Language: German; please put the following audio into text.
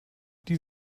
die